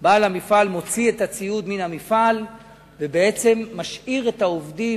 וראה שבעל המפעל מוציא את הציוד מן המפעל ובעצם משאיר את העובדים,